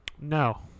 no